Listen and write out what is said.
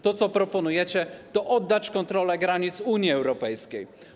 To, co proponujecie, to oddanie kontroli granic Unii Europejskiej.